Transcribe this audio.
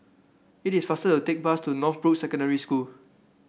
it is faster to take the bus to Northbrooks Secondary School